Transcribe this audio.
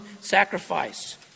sacrifice